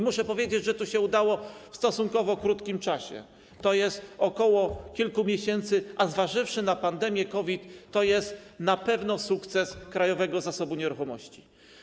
Muszę powiedzieć, że to się udało w stosunkowo krótkim czasie, w ciągu ok. kilku miesięcy, a zważywszy na pandemię COVID, jest to na pewno sukces Krajowego Zasobu Nieruchomości.